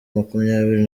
makumyabiri